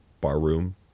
Barroom